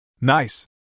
Nice